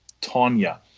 tanya